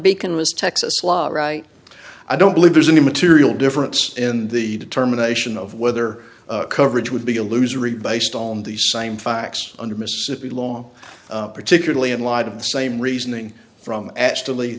was texas law right i don't believe there's any material difference in the determination of whether coverage would be a loser e based on the same facts under mississippi long particularly in light of the same reasoning from actually